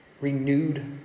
renewed